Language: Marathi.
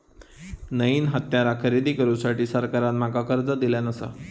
नईन हत्यारा खरेदी करुसाठी सरकारान माका कर्ज दिल्यानं आसा